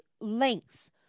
lengths